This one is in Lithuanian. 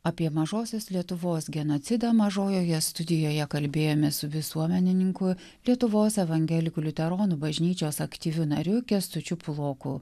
apie mažosios lietuvos genocidą mažojoje studijoje kalbėjomės su visuomenininku lietuvos evangelikų liuteronų bažnyčios aktyviu nariu kęstučiu puloku